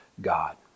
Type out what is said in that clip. God